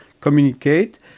communicate